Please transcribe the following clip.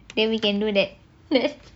then we can do that that